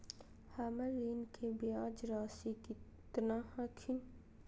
हमर ऋण के ब्याज रासी केतना हखिन?